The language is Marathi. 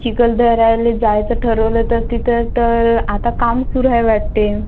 चिकलदऱ्याला जायचं ठरवलं तर तिथं तर आता काम सुरू आहे वाटते